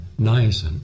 niacin